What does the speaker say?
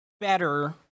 better